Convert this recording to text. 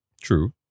True